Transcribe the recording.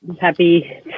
happy